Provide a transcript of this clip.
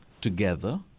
together